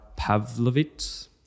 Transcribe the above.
Pavlovitz